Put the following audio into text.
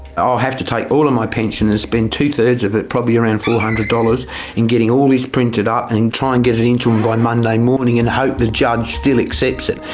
i'll have to take all of my pension and spend two thirds of it probably around four hundred dollars in getting all these printed up and try and get it into em by monday morning and hope the judge still accepts it.